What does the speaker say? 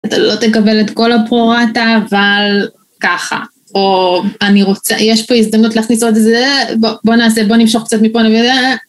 אתה לא תקבל את כל הפרורטה, אבל ככה. או, אני רוצה, יש פה הזדמנות להכניס עוד איזה זה, בוא נעשה, בוא נמשוך קצת מפה, נביא...